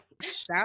Shout